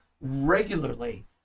regularly